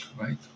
right